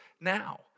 now